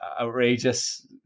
outrageous